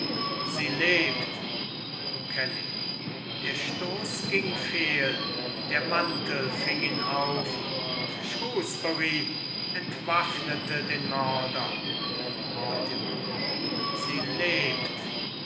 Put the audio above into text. sie lebt okelly der stoß ging fehl der mantel fing ihn auf und shrewsbury entwaffnete den mörder mortimer sie lebt